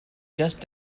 just